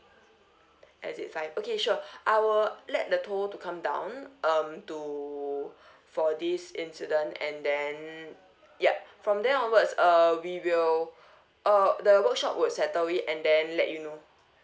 exit five okay sure I will let the tow to come down um to for this incident and then ya from there onwards uh we will uh the workshop will settle it and then let you know